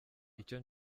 icyo